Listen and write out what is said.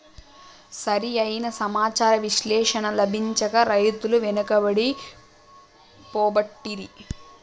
సరి అయిన సమాచార విశ్లేషణ లభించక రైతులు వెనుకబడి పోబట్టిరి